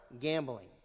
Gambling